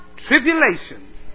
tribulations